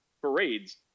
parades